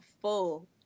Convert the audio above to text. full